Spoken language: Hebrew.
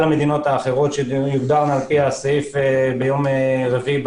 המדינות שיוגדרו על פי הסעיף ביום רביעי.